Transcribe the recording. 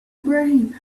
brain